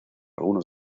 algunos